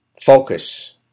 Focus